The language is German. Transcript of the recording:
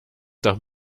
doch